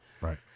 Right